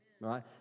right